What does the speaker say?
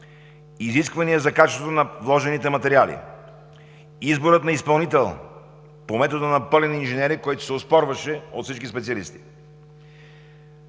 изисквания за качеството на вложените материали; изборът на изпълнител по метода на пълен инженеринг, който се оспорваше от всички специалисти;